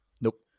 nope